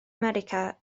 america